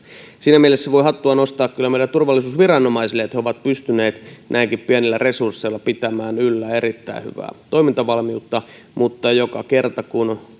siinä mielessä voi hattua nostaa kyllä meidän turvallisuusviranomaisille että he ovat pystyneet näinkin pienillä resursseilla pitämään yllä erittäin hyvää toimintavalmiutta mutta joka kerta kun